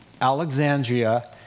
Alexandria